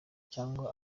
cyangwa